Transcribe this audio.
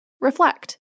reflect